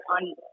on